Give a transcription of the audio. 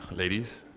ladies?